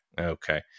Okay